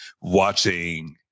watching